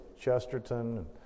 Chesterton